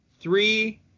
three